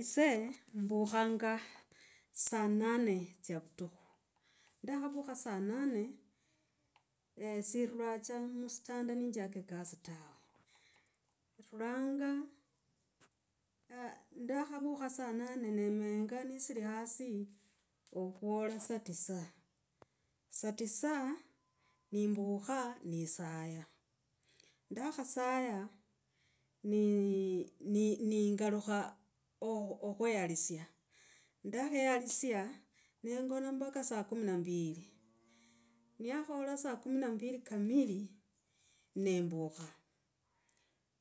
Ise mbukhanga saa nane tsya vutukhu, ndakhavukha saa nane, sirula tsa musitanda nenjaka ekasi tawe. Rulanga ndakhavukha saa nane nemenga nesiri hasi okhwola saa tisa. Saa tisa nembukha ni saya. Ndakhasaya nii c ningalukha okhwehalusia. Ndakhehalusia, nengona mpaka saa kumi na mbili. Niyakhola saa kumi na mbili kamili, nembukha,